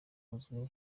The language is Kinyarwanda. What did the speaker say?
uzwi